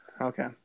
Okay